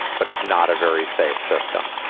but it's not a very safe system.